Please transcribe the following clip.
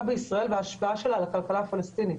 בישראל וההשפעה של זה על הכלכלה הפלסטינית.